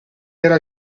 era